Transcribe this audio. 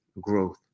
Growth